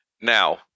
now